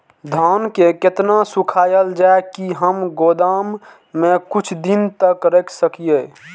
धान के केतना सुखायल जाय की हम गोदाम में कुछ दिन तक रख सकिए?